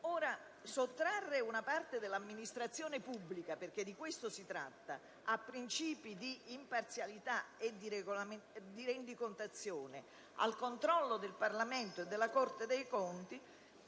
di sottrarre una parte dell'amministrazione pubblica - e di questo si tratta - a princìpi di imparzialità e di rendicontazione, al controllo del Parlamento e della Corte dei conti